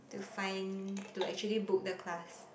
to find to actually book the class